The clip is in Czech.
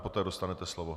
Poté dostanete slovo.